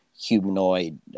Humanoid